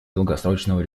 долгосрочного